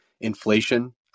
inflation